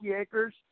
acres